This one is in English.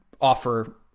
offer